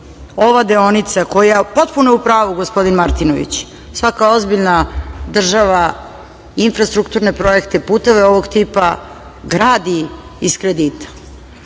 ova deonica? Potpuno je u pravu gospodin Martinović, svaka ozbiljna država infrastrukturne projekte, puteve ovog tipa gradi iz kredita.